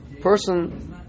person